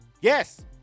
Yes